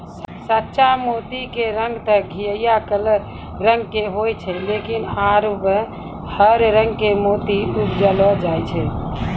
सच्चा मोती के रंग तॅ घीयाहा रंग के होय छै लेकिन आबॅ हर रंग के मोती उपजैलो जाय छै